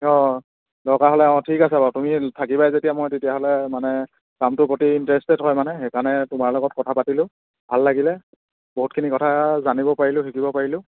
অঁ দৰকাৰ হ'লে অঁ ঠিক আছে বাৰু তুমি থাকিবাই যেতিয়া মই তেতিয়াহ'লে মানে কামটোৰ প্ৰতি ইণ্টাৰেষ্টেড হয় মানে সেইকাৰণে তোমাৰ লগত কথা পাতিলোঁ ভাল লাগিলে বহুতখিনি কথা জানিব পাৰিলোঁ শিকিব পাৰিলোঁ